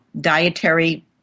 dietary